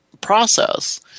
process